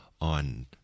on